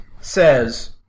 says